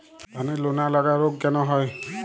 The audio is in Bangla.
ধানের লোনা লাগা রোগ কেন হয়?